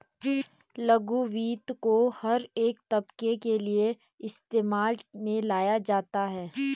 लघु वित्त को हर एक तबके के लिये इस्तेमाल में लाया जाता है